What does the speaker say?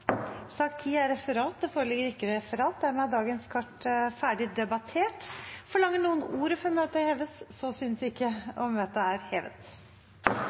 Det foreligger ikke referat. Dermed er dagens kart ferdigdebattert. Forlanger noen ordet før møtet heves? – Så synes ikke, og møtet er hevet.